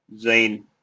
Zayn